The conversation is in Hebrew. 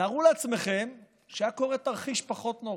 תארו לעצמכם שהיה קורה תרחיש פחות נורא,